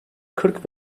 kırk